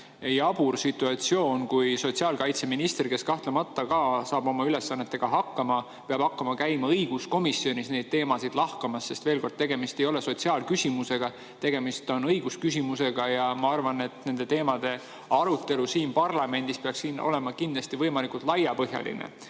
jabur situatsioon, et sotsiaalkaitseminister, kes kahtlemata saab oma ülesannetega hakkama, peab hakkama käima õiguskomisjonis neid teemasid lahkamas, sest veel kord, tegemist ei ole sotsiaalküsimusega, tegemist on õigusküsimusega. Ja ma arvan, et nende teemade arutelu siin parlamendis peaks olema kindlasti võimalikult laiapõhjaline.